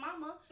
mama